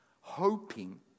hoping